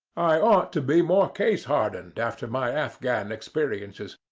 i ought to be more case-hardened after my afghan experiences.